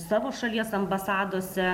savo šalies ambasadose